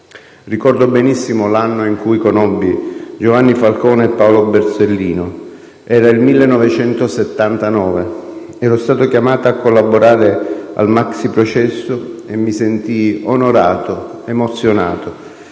Ricordo benissimo l'anno in cui conobbi Giovanni Falcone e Paolo Borsellino. Era il 1979. Ero stato chiamato a collaborare al maxiprocesso, e mi sentii onorato, emozionato.